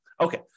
Okay